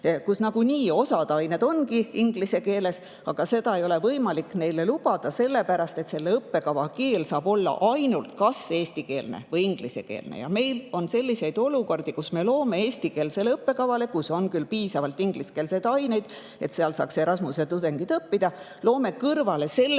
kus nagunii osa aineid ongi inglise keeles, seda ei ole võimalik neile lubada, sellepärast et õppekava saab olla ainult kas eestikeelne või ingliskeelne. Ja meil on selliseid olukordi, kus me loome eestikeelsele õppekavale, kus on küll piisavalt ingliskeelseid aineid, et seal saaks Erasmuse tudengid õppida, kõrvale